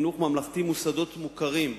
ממלכתי, מוסדות מוכרים.